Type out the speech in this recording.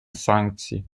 санкций